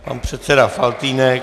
Pan předseda Faltýnek.